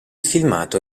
filmato